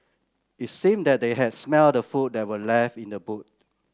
it seemed that they had smelt the food that were left in the boot